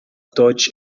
deutsch